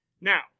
Now